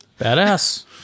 Badass